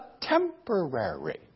temporary